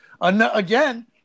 again